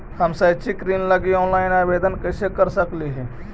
हम शैक्षिक ऋण ला ऑनलाइन आवेदन कैसे कर सकली हे?